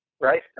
right